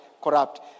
corrupt